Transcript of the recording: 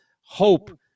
hope